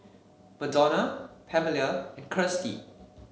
Madonna Pamelia and Kirstie